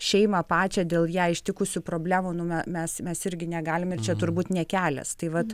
šeimą pačią dėl ją ištikusių problemų nu me mes mes irgi negalim ir čia turbūt ne kelias tai vat